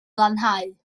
lanhau